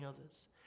others